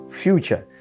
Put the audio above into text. future